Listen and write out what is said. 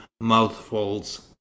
mouthfuls